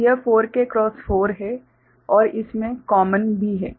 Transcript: तो यह 4K cross 4 है और इसमें कॉमन भी है